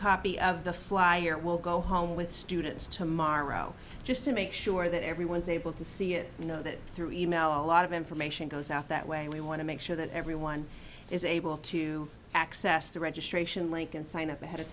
copy of the flyer will go home with students tomorrow just to make sure that everyone is able to see it you know that through e mail a lot of information goes out that way we want to make sure that everyone is able to access the registration link and sign up ahead of